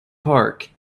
park